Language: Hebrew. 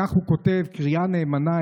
כך הוא כותב: קריאה נאמנה,